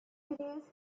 continuous